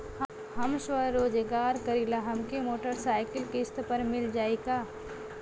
हम स्वरोजगार करीला हमके मोटर साईकिल किस्त पर मिल जाई का?